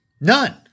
None